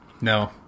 No